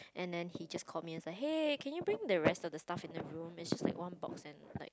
and then he just called me as a hey can you bring the rest of the stuff in the room is like one box and like